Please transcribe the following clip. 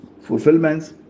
fulfillments